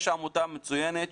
יש עמותה מצוינת,